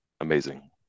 Amazing